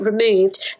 removed